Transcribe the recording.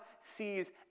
sees